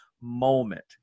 moment